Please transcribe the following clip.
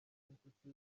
n’inshuti